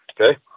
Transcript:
okay